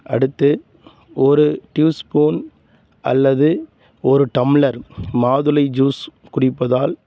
அடுத்து ஒரு teaspoon அல்லது ஒரு டம்ளர் மாதுளை ஜூஸ் குடிப்பதால்